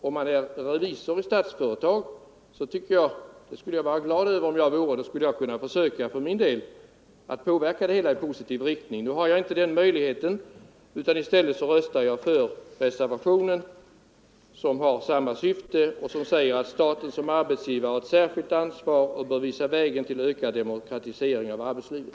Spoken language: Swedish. Om jag vore revisor i Statsföretag — jag skulle vara glad om jag vore det — skulle jag för min del försöka påverka det hela i positiv riktning. Nu har jag inte den möjligheten, utan i stället röstar jag för reservationen, som har samma syfte och som säger: ”Staten såsom arbetsgivare har ett särskilt ansvar och bör visa vägen till ökad demokratisering av arbetslivet.”